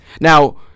Now